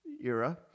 era